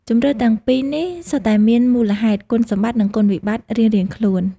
ជម្រើសទាំងពីរនេះសុទ្ធតែមានមូលហេតុ គុណសម្បត្តិ និងគុណវិបត្តិរៀងៗខ្លួន។